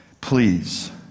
Please